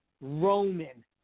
Roman